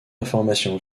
informations